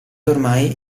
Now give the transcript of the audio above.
ormai